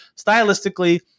stylistically